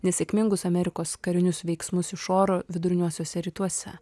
nesėkmingus amerikos karinius veiksmus iš oro viduriniuosiuose rytuose